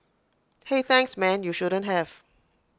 hey thanks man you shouldn't have